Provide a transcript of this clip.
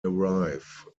arrive